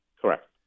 Correct